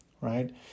right